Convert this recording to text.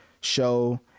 show